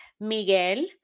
Miguel